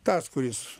tas kuris